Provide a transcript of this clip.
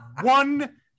one